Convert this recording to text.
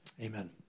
Amen